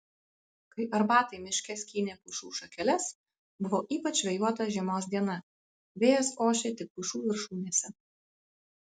kai arbatai miške skynė pušų šakeles buvo ypač vėjuota žiemos diena vėjas ošė tik pušų viršūnėse